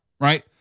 right